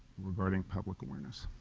regarding public awareness.